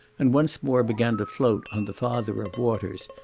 and once more began to float on the father of waters,